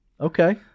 Okay